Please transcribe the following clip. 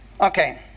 Okay